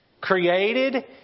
Created